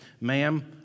ma'am